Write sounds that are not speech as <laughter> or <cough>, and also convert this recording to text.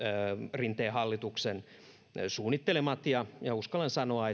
rinteen hallituksen suunnittelemat ja ja uskallan sanoa <unintelligible>